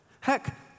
Heck